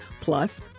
Plus